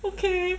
okay